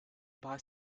buy